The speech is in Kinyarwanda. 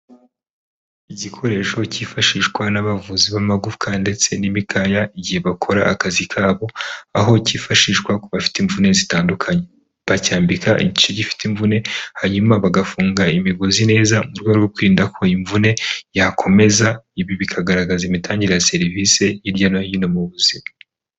Igikoresho Kifashishwa n'abavuzi b'amagufwa ndetse n'imikaya igihe bakora akazi kabo, aho Kifashishwa ku bafite imvune zitandukanye. Bacyambika igice gifite imvune, hanyuma bagafunga imigozi neza mu rwego rwo kwirinda ko imvune yakomeza, ibi bikagaragaza imitangire ya serivisi hirya no hino mu buzima.